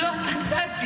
אדוני